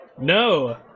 No